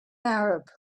arab